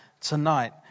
tonight